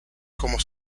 como